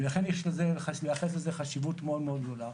ולכן יש לייחס לזה חשיבות מאוד מאוד גדולה.